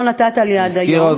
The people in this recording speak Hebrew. קיזוז לא נתת לי עד היום,